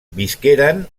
visqueren